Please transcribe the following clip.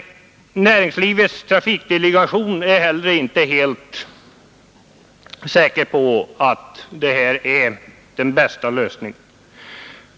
Näringslivets trafikdelegation är heller inte helt säker på att detta är den bästa lösningen.